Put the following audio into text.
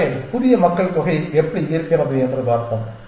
எனவே புதிய மக்கள் தொகை எப்படி இருக்கிறது என்று பார்ப்போம்